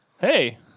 Hey